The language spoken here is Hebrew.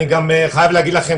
אני גם חייב להגיד לכם,